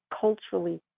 culturally